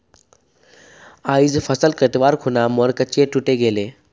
आइज फसल कटवार खूना मोर कचिया टूटे गेले